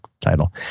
title